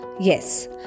Yes